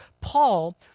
Paul